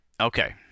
okay